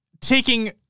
taking